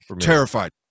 terrified